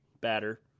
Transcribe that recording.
batter